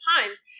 times